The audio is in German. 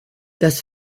das